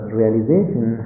realization